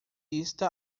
artista